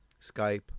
Skype